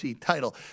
title